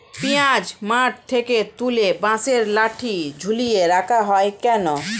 পিঁয়াজ মাঠ থেকে তুলে বাঁশের লাঠি ঝুলিয়ে রাখা হয় কেন?